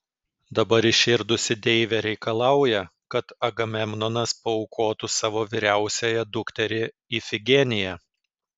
dabar įširdusi deivė reikalauja kad agamemnonas paaukotų savo vyriausiąją dukterį ifigeniją